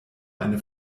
eine